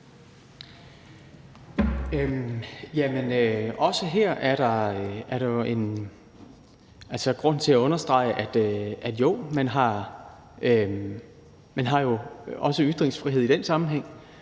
Også her er der grund til at understrege, at jo, man har også ytringsfrihed i den sammenhæng.